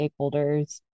stakeholders